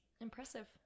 impressive